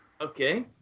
Okay